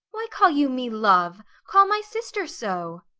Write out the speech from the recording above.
why call you me love? call my sister so.